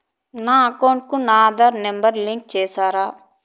నా అకౌంట్ కు నా ఆధార్ నెంబర్ లింకు చేసారా